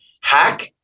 hack